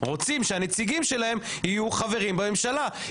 רוצות שהנציגים שלהן יהיו חברים בממשלה.